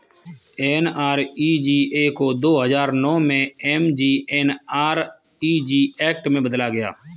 NREGA को दो हजार नौ में एम.जी.एन.आर.इ.जी एक्ट में बदला गया